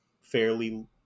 fairly